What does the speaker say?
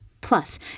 Plus